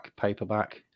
paperback